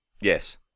yes